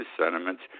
sentiments